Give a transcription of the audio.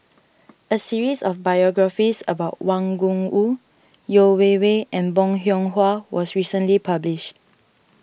a series of biographies about Wang Gungwu Yeo Wei Wei and Bong Hiong Hwa was recently published